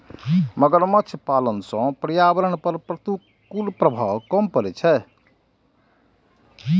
मगरमच्छ पालन सं पर्यावरण पर प्रतिकूल प्रभाव कम पड़ै छै